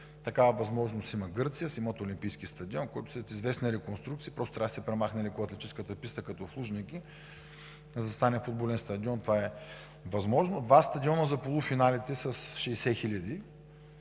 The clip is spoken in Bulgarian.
такава възможност има Гърция. Тя има олимпийски стадион, който след известна реконструкция – просто трябва да се премахне лекоатлетическата писта като в „Лужники“, за да стане футболен стадион – това е възможно, два стадиона за полуфиналите със 60